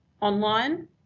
online